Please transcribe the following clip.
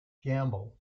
gamble